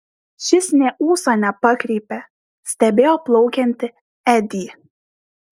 šis nė ūso nepakreipė stebėjo plaukiantį edį